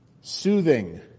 soothing